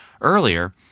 earlier